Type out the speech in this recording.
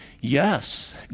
yes